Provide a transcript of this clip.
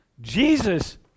Jesus